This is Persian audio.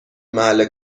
محل